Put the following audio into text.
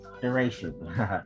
duration